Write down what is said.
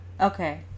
okay